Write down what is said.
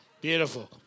Beautiful